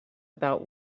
about